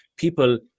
people